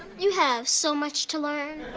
you have so much to learn.